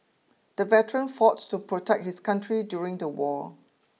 the veteran fought to protect his country during the war